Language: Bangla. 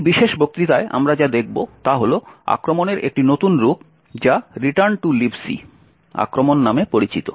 এই বিশেষ বক্তৃতায় আমরা যা দেখব তা হল আক্রমণের একটি নতুন রূপ যা 'রিটার্ন টু লিব সি' আক্রমণ নামে পরিচিত